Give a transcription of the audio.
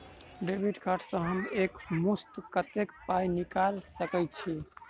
Debit card सँ हम एक मुस्त कत्तेक पाई निकाल सकय छी?